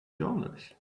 dollars